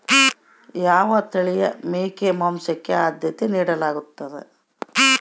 ಯಾವ ತಳಿಯ ಮೇಕೆ ಮಾಂಸಕ್ಕೆ, ಆದ್ಯತೆ ನೇಡಲಾಗ್ತದ?